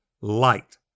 light